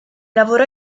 lavorò